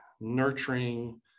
nurturing